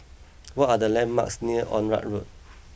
what are the landmarks near Onraet Road